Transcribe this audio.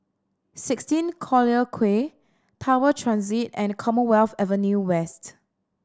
sixteen Collyer Quay Tower Transit and Commonwealth Avenue West